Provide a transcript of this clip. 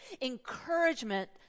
encouragement